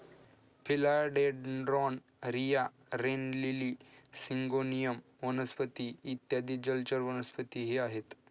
फिला dendron, रिया, rain lily, syngonium वनस्पती इत्यादी जलचर वनस्पतीही आहेत